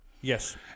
Yes